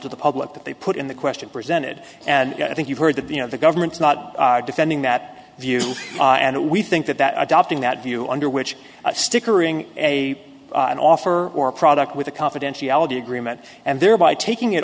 to the public that they put in the question presented and i think you've heard that the you know the government is not defending that view and we think that that adopting that view under which a sticker ring a an offer or a product with a confidentiality agreement and thereby taking it